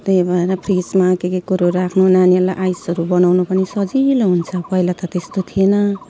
त्यही भएर फ्रिजमा के के कुरो राख्नु नानीहरूलाई आइसहरू बनाउनु पनि सजिलो हुन्छ पहिला त त्यस्तो थिएन